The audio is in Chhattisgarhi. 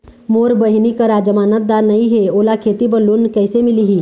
मोर बहिनी करा जमानतदार नई हे, ओला खेती बर लोन कइसे मिलही?